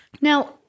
Now